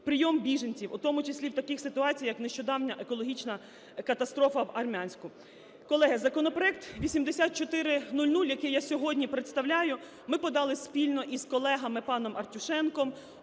прийом біженців, у тому в таких ситуаціях, як нещодавня екологічна катастрофа вАрмянську. Колеги, законопроект 8400, який я сьогодні представляю, ми подали спільно із колегами паномАртюшенком,